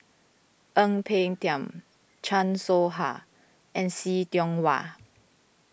Ang Peng Tiam Chan Soh Ha and See Tiong Wah